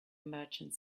merchant